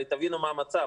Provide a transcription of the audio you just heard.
תבינו מה המצב: